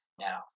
Now